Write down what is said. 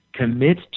Commit